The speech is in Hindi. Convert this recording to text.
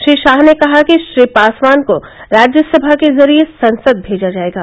श्री शाह ने कहा कि श्री पासवान को राज्यसभा के जरिए संसद भेजा जायेगा